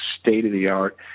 state-of-the-art